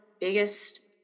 biggest